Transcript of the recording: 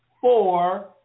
four